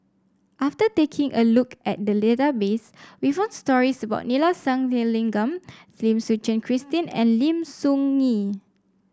after taking a look at the database we found stories about Neila Sathyalingam Lim Suchen Christine and Lim Soo Ngee